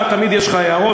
אתה תמיד יש לך הערות,